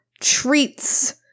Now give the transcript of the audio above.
treats